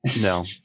no